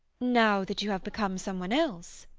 now that you have become some one else?